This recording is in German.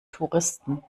touristen